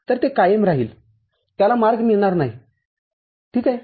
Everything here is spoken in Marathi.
तर ते कायम राहील त्याला मार्ग मिळणार नाही ठीक आहे